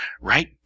Right